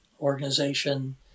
organization